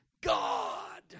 God